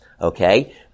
Okay